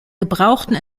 gebrauchten